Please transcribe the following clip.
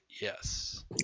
yes